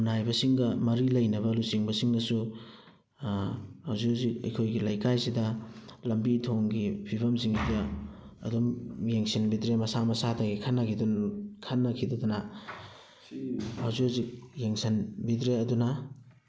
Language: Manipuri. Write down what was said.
ꯐꯝꯅꯥꯏꯕꯁꯤꯡꯒ ꯃꯔꯤ ꯂꯩꯅꯕ ꯂꯨꯆꯤꯡꯕꯁꯤꯡꯒꯁꯨ ꯍꯧꯖꯤꯛ ꯍꯧꯖꯤꯛ ꯑꯩꯈꯣꯏꯒꯤ ꯂꯩꯀꯥꯏꯁꯤꯗ ꯂꯝꯕꯤ ꯊꯣꯡꯒꯤ ꯐꯤꯕꯝꯁꯤꯡꯁꯤꯗ ꯑꯗꯨꯝ ꯌꯦꯡꯁꯤꯟꯕꯤꯗ꯭ꯔꯦ ꯃꯁꯥ ꯃꯁꯥꯇꯒꯤ ꯈꯟꯅꯈꯤꯗꯨꯅ ꯈꯟꯅꯈꯤꯗꯨꯗꯅ ꯍꯧꯖꯤꯛ ꯍꯧꯖꯤꯛ ꯌꯦꯡꯁꯤꯟꯕꯤꯗ꯭ꯔꯦ ꯑꯗꯨꯅ